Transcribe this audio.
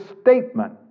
statement